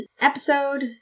episode